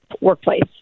workplace